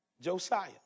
Josiah